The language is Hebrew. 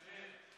מאיר.